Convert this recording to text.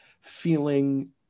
feeling